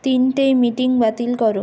তিনটেয় meeting বাতিল করো